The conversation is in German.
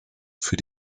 für